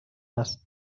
است